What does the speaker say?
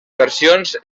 versions